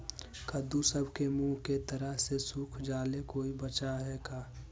कददु सब के मुँह के तरह से सुख जाले कोई बचाव है का?